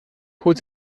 holst